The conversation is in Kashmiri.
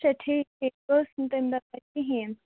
اَچھا ٹھیٖک ٹھیٖک بہٕ ٲسٕس نہٕ تمہِ دۄہ تتہِ کہیٖنٛۍ